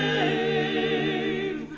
a